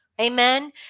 Amen